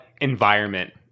environment